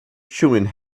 chewing